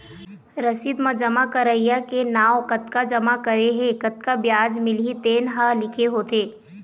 रसीद म जमा करइया के नांव, कतका जमा करे हे, कतका बियाज मिलही तेन ह लिखे होथे